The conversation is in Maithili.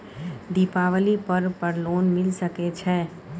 दीपावली पर्व पर लोन मिल सके छै?